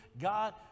God